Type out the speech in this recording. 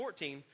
14